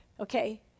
Okay